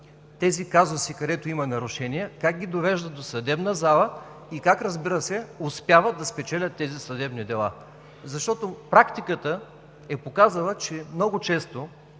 тези казуси, където има нарушения, как ги довеждат до съдебна зала и как, разбира се, успяват да спечелят тези съдебни дела. Защото практиката е показала, че много често